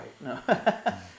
right